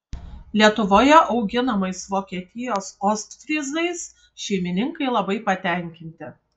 lietuvoje auginamais vokietijos ostfryzais šeimininkai labai patenkinti